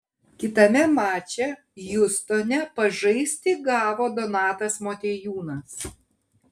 kitame mače hjustone pažaisti gavo donatas motiejūnas